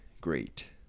great